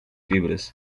fibras